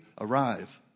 arrive